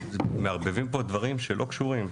מערבבים פה דברים שלא קשורים.